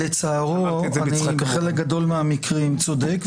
לצערו אני בחלק גדול מהמקרים צודק,